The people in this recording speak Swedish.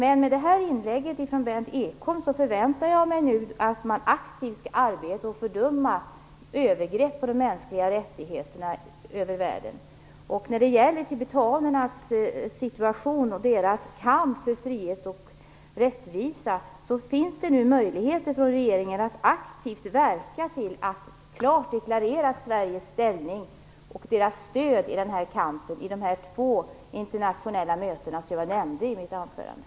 Efter det inlägg som Berndt Ekholm gjorde nu förväntar jag mig att man aktivt skall fördöma övergrepp på de mänskliga rättigheterna världen över. Och när det gäller tibetanernas situation och deras kamp för frihet och rättvisa finns det möjligheter för regeringen att aktivt medverka genom att klart deklarera Sveriges ställning och stöd i kampen vid de två internationella möten som jag nämnde i mitt huvudanförande.